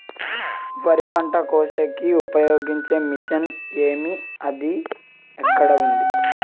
వరి పంట కోసేకి ఉపయోగించే మిషన్ ఏమి అది ఎక్కడ ఉంది?